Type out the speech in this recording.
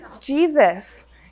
Jesus